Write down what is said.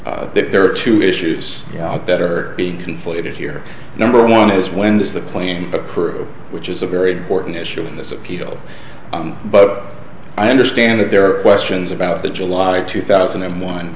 we there are two issues that are being conflated here number one is when does the claim occur which is a very important issue in this appeal but i understand that there are questions about the july two thousand and one